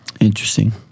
interesting